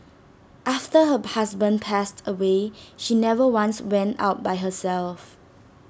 after her husband passed away she never once went out by herself